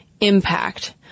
impact